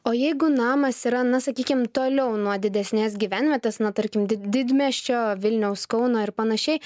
o jeigu namas yra na sakykim toliau nuo didesnės gyvenvietės na tarkim did didmiesčio vilniaus kauno ir panašiai